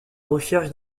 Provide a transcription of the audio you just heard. recherche